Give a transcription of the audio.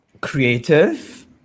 creative